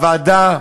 שבוועדה,